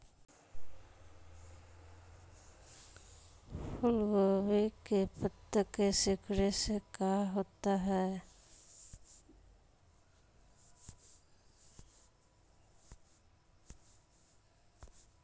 फूल गोभी के पत्ते के सिकुड़ने से का होता है?